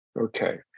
Okay